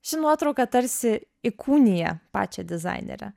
ši nuotrauka tarsi įkūnija pačią dizainerę